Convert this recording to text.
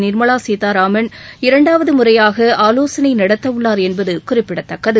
நிர்மலா சீதாராமன் இரண்டாவது முறையாக ஆலோசனை நடத்த உள்ளார் என்பது குறிப்பிடத்தக்கது